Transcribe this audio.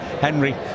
Henry